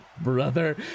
brother